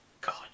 God